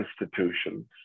institutions